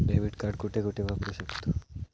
Debit card कुठे कुठे वापरू शकतव?